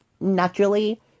naturally